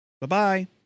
Bye-bye